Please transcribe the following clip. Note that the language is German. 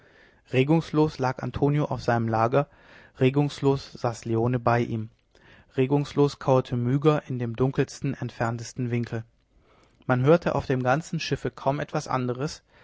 regungslos lag antonio auf seinem lager regungslos saß leone bei ihm regungslos kauerte myga in dem dunkelsten entferntesten winkel man hörte auf dem ganzen schiff kaum etwas anderes